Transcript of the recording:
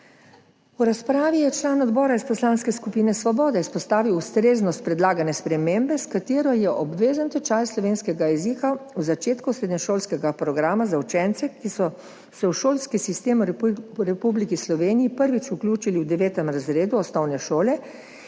V razpravi je član odbora iz Poslanske skupine Svoboda izpostavil ustreznost predlagane spremembe, s katero je obvezen tečaj slovenskega jezika v začetku srednješolskega programa za učence, ki so se v šolski sistem v Republiki Sloveniji prvič vključili v 9. razredu osnovne šole